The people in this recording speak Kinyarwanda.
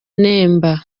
nemba